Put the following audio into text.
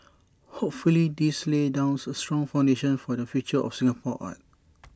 hopefully this lays down A strong foundation for the future of Singapore art